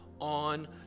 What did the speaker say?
on